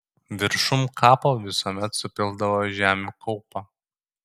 viršum kapo visuomet supildavo žemių kaupą